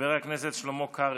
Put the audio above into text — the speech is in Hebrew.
חבר הכנסת שלמה קרעי,